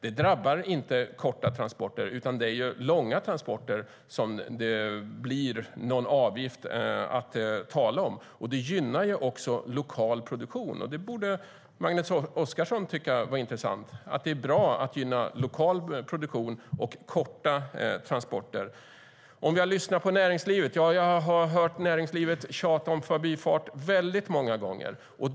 Det drabbar inte korta transporter, utan det är vid långa transporter det blir någon avgift att tala om. Det gynnar också lokal produktion, vilket Magnus Oscarsson borde tycka är intressant. Det är bra att gynna lokal produktion och korta transporter. När det gäller att lyssna på näringslivet har jag hört näringslivet tjata om en förbifart väldigt många gånger.